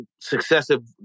successive